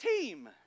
team